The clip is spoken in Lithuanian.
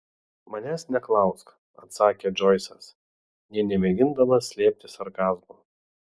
manęs neklausk atsakė džoisas nė nemėgindamas slėpti sarkazmo